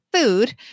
food